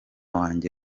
wanjye